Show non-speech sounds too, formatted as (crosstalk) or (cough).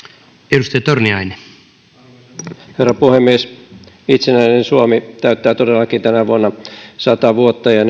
arvoisa herra puhemies itsenäinen suomi täyttää todellakin tänä vuonna sata vuotta ja (unintelligible)